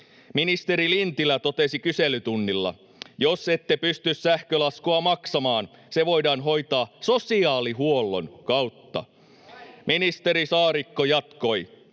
Ministeri Lintilä totesi kyselytunnilla: jos ette pysty sähkölaskua maksamaan, se voidaan hoitaa sosiaalihuollon kautta. Ministeri Saarikko jatkoi: